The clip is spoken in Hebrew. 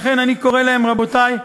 לכן אני קורא להם: רבותי,